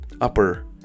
upper